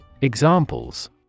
Examples